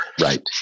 Right